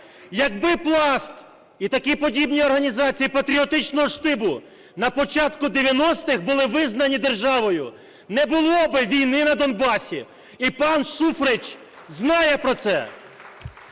Якби Пласт і такі подібні організації патріотичного штибу на початку 90-х були визнані державою, не було б війни на Донбасі, і пан Шуфрич знає про це.